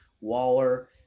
Waller